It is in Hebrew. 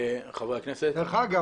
דרך אגב,